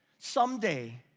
someday,